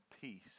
peace